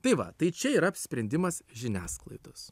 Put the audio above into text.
tai va tai čia yra apsisprendimas žiniasklaidos